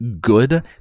good